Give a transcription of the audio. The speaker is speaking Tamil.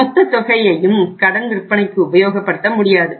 மொத்தத் தொகையையும் கடன் விற்பனைக்கு உபயோகப்படுத்த முடியாது